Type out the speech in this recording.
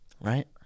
Right